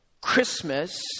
Christmas